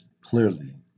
clearly